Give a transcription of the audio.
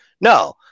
No